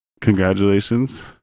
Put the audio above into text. congratulations